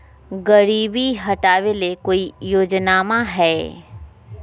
गरीबी हटबे ले कोई योजनामा हय?